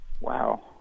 Wow